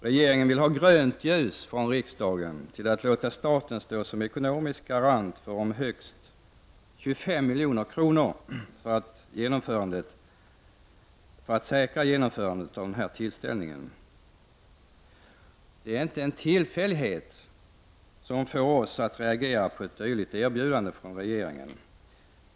Regeringen vill ha grönt ljus från riksdagen för att låta staten stå som ekonomisk garant för högst 25 milj.kr. för att säkra genomförandet av denna tillställning. Det är inte en tillfällighet som får oss att reagera på ett dylikt erbjudande från regeringen.